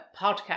podcast